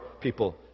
people